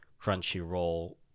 crunchyroll